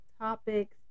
topics